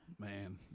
Man